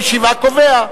הישיבה קובע.